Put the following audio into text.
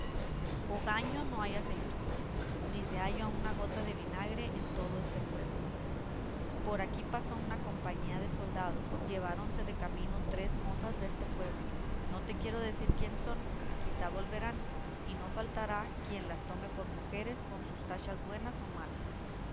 juntillas hogaño no hay aceitunas ni se halla una gota de vinagre en todo este pueblo por aquí pasó una compañía de soldados lleváronse de camino tres mozas deste pueblo no te quiero decir quién son quizá volverán y no faltará quien las tome por mujeres con sus tachas buenas o malas